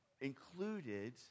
included